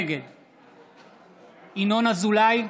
נגד ינון אזולאי,